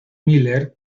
miller